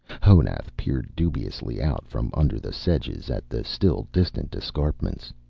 honath peered dubiously out from under the sedges at the still distant escarpments.